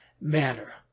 manner